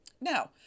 Now